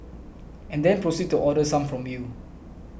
and then proceed to order some from you